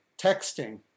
texting